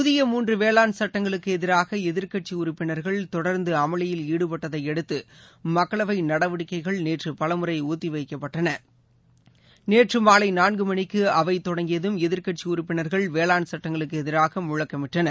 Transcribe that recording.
புதிய மூன்று வேளாண் சட்டங்களுக்கு எதிராக எதிர்க்கட்சி உறுப்பினர்கள் தொடர்ந்து அமளியில் ாடுபட்டதை அடுத்து மக்களவை நடவடிக்கைகள் நேற்று பலமுறை ஒத்திவைக்கப்பட்டது நேற்று மாலை நான்கு மணிக்கு அவை தொடங்கியதும் எதிர்க்கட்சி உறப்பினர்கள் வேளாண் சுட்டங்களுக்கு எதிராக முழக்கமிட்டனர்